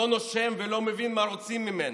לא נושם ולא מבין מה רוצים ממנו.